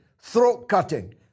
throat-cutting